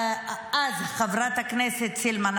אז חברת הכנסת סילמן,